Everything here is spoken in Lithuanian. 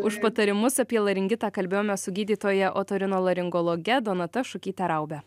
už patarimus apie laringitą kalbėjome su gydytoja otorinolaringologe donata šukyte raube